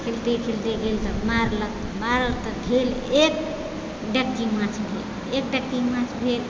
खेवतै खेवतै गेल तऽ मारलक भेल एक ढ़ाकि माछ एक ढ़ाकि माछ भेल